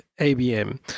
ABM